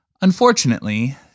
Unfortunately